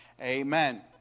Amen